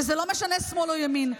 וזה לא משנה שמאל או ימין.